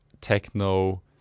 techno